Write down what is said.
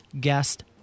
guest